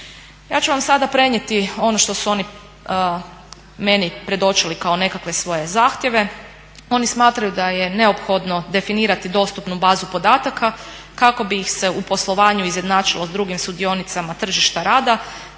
Ja ću vam sad prenijeti ono što su oni meni predočili kao nekakve svoje zahtjeve, oni smatraju da je neophodno definirati dostupnu bazu podataka kako bi ih se u poslovanju izjednačilo s drugim sudionicama tržišta rada